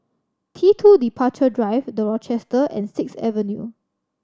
T Two Departure Drive The Rochester and Sixth Avenue